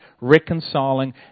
reconciling